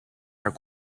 are